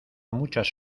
muchas